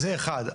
זה אחד.